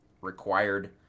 required